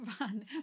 run